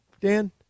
Dan